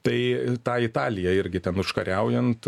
tai tą italiją irgi ten užkariaujant